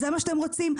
זה מה שאתם רוצים?